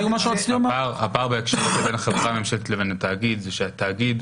הפער בהקשר הזה בין החברה הממשלתית לבין התאגיד הוא שהתאגיד,